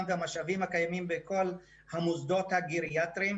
והמשאבים הקיימים בכל המוסדרות הגריאטריים.